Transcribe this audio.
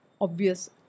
obvious